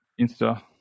Insta